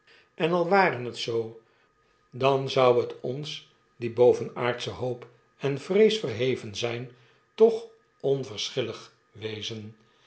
en al ware het zoo dan zou het ons die boven aardsche hoop en vrees verheven zp toch onverschillig wezen